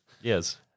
Yes